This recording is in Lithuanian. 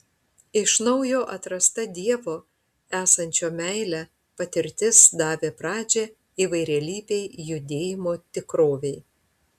iš naujo atrasta dievo esančio meile patirtis davė pradžią įvairialypei judėjimo tikrovei